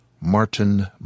Martin